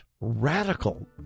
radical